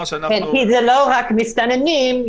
זה לא רק מסתננים,